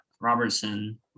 Robertson